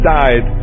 died